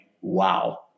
wow